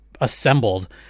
assembled